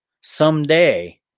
Someday